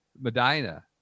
Medina